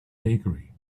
bakery